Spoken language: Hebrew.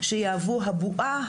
הבועה